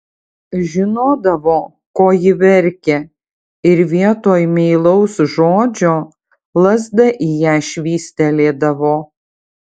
žinodavo ko ji verkia ir vietoj meilaus žodžio lazda į ją švystelėdavo